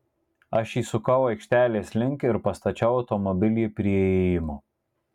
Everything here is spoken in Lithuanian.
aš įsukau aikštelės link ir pastačiau automobilį prie įėjimo